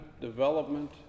development